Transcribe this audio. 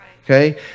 Okay